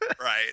Right